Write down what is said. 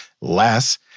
less